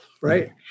Right